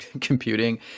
computing